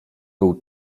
był